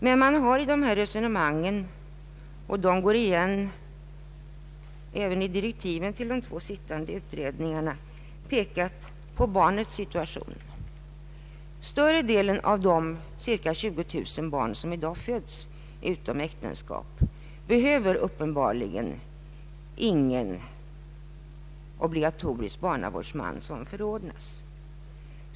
Men man har i dessa resonemang — och de går igen även i direktiven till de två nämnda utredningarna — också pekat på barnets situation. Större delen av de ca 20000 barn som i år föds utom äktenskap behöver uppenbarligen ingen obligatoriskt förordnad barnavårdsman.